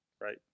right